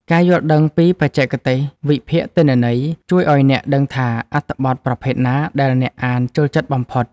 ការយល់ដឹងពីបច្ចេកទេសវិភាគទិន្នន័យ ជួយឱ្យអ្នកដឹងថាអត្ថបទប្រភេទណាដែលអ្នកអានចូលចិត្តបំផុត។